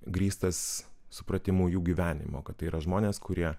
grįstas supratimu jų gyvenimo kad tai yra žmonės kurie